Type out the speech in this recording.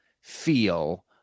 feel